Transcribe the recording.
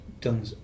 done